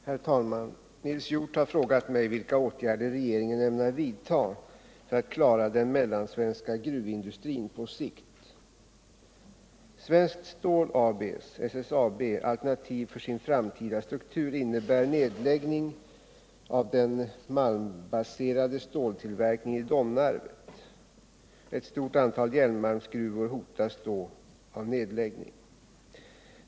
Herr talman! Nils Hjorth har frågat mig vilka åtgärder regeringen ämnar vidta för att klara den mellansvenska gruvindustrin på sikt. Svenskt Stål AB:s alternativ för sin framtida struktur innebär nedläggning av den malmbaserade ståltillverkningen i Domnarvet. Ett stort antal järnmalmsgruvor hotas då av nedläggning.